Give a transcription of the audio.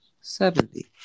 Seventy